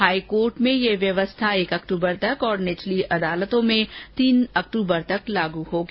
high court में यह व्यवस्था एक अक्टूबर तक और निचली अदालतों में तीन अक्ट्बर तक लागू रहेगी